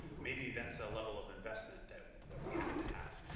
maybe that's a level of investment that that we have to have.